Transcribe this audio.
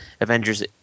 Avengers